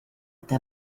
eta